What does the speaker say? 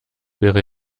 wäre